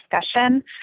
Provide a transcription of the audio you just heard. discussion